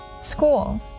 School